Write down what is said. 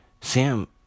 Sam